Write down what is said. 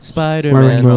Spider-Man